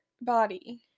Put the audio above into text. body